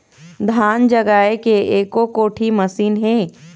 धान जगाए के एको कोठी मशीन हे?